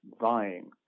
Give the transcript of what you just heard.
vying